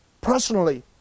Personally